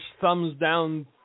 thumbs-down